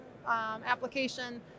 Application